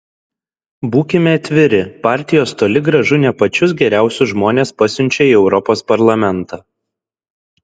būkime atviri partijos toli gražu ne pačius geriausius žmones pasiunčia į europos parlamentą